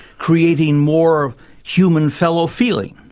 creating more human fellow feeling.